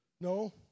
No